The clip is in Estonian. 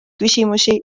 küsimusi